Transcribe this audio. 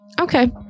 Okay